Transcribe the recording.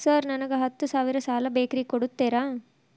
Sir ನನಗ ಹತ್ತು ಸಾವಿರ ಸಾಲ ಬೇಕ್ರಿ ಕೊಡುತ್ತೇರಾ?